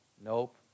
nope